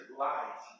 light